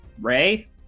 Ray